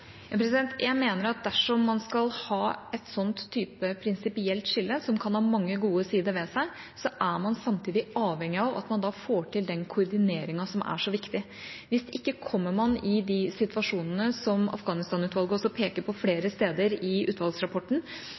Jeg mener at dersom man skal ha et slikt prinsipielt skille, som kan ha mange gode sider ved seg, er man samtidig avhengig av at man får til den koordineringen som er så viktig. Hvis ikke kommer man i de situasjonene som Afghanistan-utvalget også peker på flere steder i utvalgsrapporten,